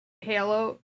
Halo